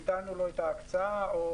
אז